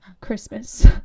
Christmas